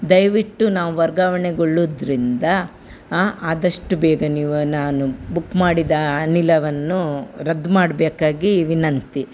ದಯವಿಟ್ಟು ನಾವು ವರ್ಗಾವಣೆಗೊಳ್ಳುವುದ್ರಿಂದ ಆಂ ಆದಷ್ಟು ಬೇಗ ನೀವು ನಾನು ಬುಕ್ ಮಾಡಿದ ಅನಿಲವನ್ನು ರದ್ದು ಮಾಡಬೇಕಾಗಿ ವಿನಂತಿ